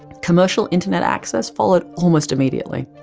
commercial internet access followed almost immediately.